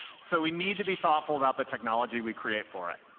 so we need to be thoughtful about the technology we create for it.